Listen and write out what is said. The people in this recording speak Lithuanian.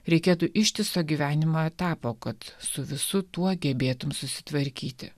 reikėtų ištiso gyvenimo etapo kad su visu tuo gebėtum susitvarkyti